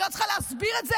אני לא צריכה להסביר את זה,